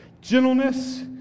gentleness